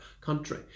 country